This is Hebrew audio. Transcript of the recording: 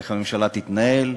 איך הממשלה תתנהל,